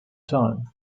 time